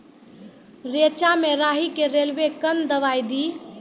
रेचा मे राही के रेलवे कन दवाई दीय?